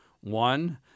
One